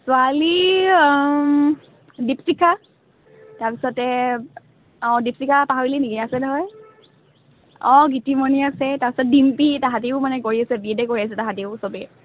ছোৱালী দীপশিখা তাৰ পিছতে অঁ দীপশিখা পাহৰিলি নেকি আছে নহয় অঁ গীতিমণি আছে তাৰ পিছত ডিম্পী সিহঁতিয়ো মানে কৰি আছে বি এডে কৰি আছে সিহঁতিয়ো চবে